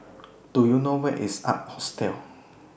Do YOU know Where IS Ark Hostel